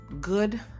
Good